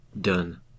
done